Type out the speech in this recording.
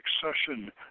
succession